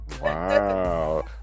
wow